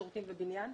שירותים ובניין.